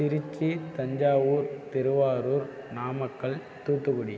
Trichy Thanjavur Tiruvarur Namakkal Thoothukudi